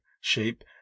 shape